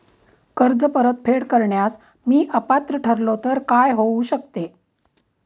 कर्ज परतफेड करण्यास मी अपात्र ठरलो तर काय होऊ शकते?